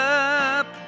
up